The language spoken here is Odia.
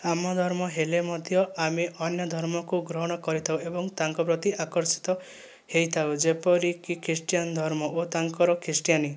ଆମ ଧର୍ମ ହେଲେ ମଧ୍ୟ ଆମେ ଅନ୍ୟ ଧର୍ମକୁ ଗ୍ରହଣ କରିଥାଉ ଏବଂ ତାଙ୍କପ୍ରତି ଆକର୍ଷିତ ହୋଇଥାଉ ଯେପରି କି ଖ୍ରୀଷ୍ଟିୟାନ ଧର୍ମ ଓ ତାଙ୍କର ଖ୍ରୀଷ୍ଟୀୟାନି